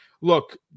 Look